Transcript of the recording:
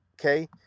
Okay